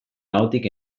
ahotik